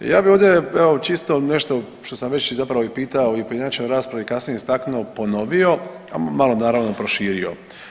Ja bi ovdje evo čisto nešto što sam već zapravo i pitao i u pojedinačnoj raspravi i kasnije istaknuo, ponovio, a malo naravno i proširio.